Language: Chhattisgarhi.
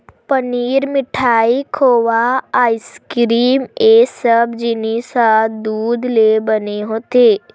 पनीर, मिठाई, खोवा, आइसकिरिम ए सब जिनिस ह दूद ले बने होथे